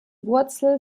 wurzel